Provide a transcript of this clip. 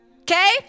Okay